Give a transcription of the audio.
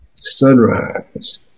Sunrise